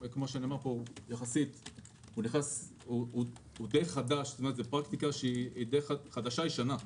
הוא תחום חדש למדי,